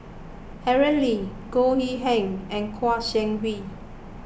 Aaron Lee Goh Yihan and Kouo Shang Wei